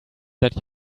that